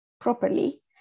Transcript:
properly